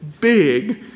big